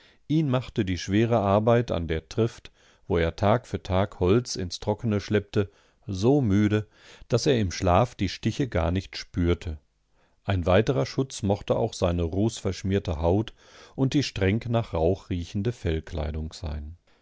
ihn machte die schwere arbeit an der trift wo er tag für tag holz ins trockene schleppte so müde daß er im schlaf die stiche gar nicht spürte ein weiterer schutz mochte auch seine rußverschmierte haut und die streng nach rauch riechende fellkleidung sein